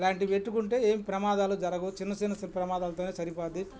ఇలాంటివి పెట్టుకుంటే ఏం ప్రమాదాలు జరగవు చిన్న చిన్న ప్రమాదాలు తోనే సరిపోతుంది